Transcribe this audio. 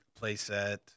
playset